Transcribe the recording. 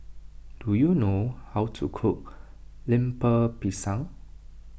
do you know how to cook Lemper Pisang